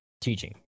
teaching